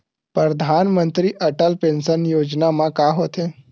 परधानमंतरी अटल पेंशन योजना मा का होथे?